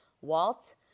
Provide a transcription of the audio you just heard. Walt